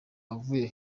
yavuye